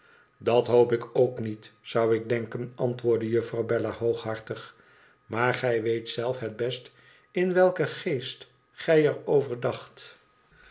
idat hoop ik ook niet zou ik denken antwoordde juffrouw bella hooghartig maar gij weet zelf het best in welken geest gij er over dacht